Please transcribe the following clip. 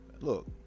Look